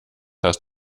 hast